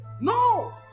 No